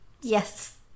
Yes